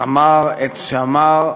אמר את שאמר,